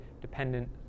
dependent